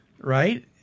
right